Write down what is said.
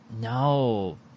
No